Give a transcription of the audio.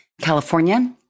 California